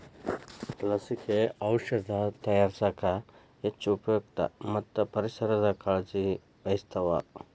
ಲಸಿಕೆ, ಔಔಷದ ತಯಾರಸಾಕ ಹೆಚ್ಚ ಉಪಯುಕ್ತ ಮತ್ತ ಪರಿಸರದ ಕಾಳಜಿ ವಹಿಸ್ತಾವ